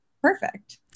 Perfect